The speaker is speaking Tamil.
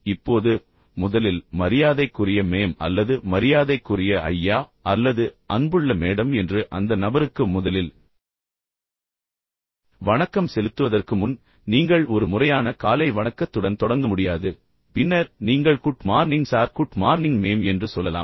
இப்போது முதலில் மரியாதைக்குரிய மேம் அல்லது மரியாதைக்குரிய ஐயா அல்லது அன்புள்ள மேடம் என்று அந்த நபருக்கு முதலில் வணக்கம் செலுத்துவதற்கு முன் நீங்கள் ஒரு முறையான காலை வணக்கத்துடன் தொடங்க முடியாது பின்னர் நீங்கள் good morning sir good morning ma'am என்று சொல்லலாம்